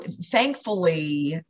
thankfully